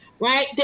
right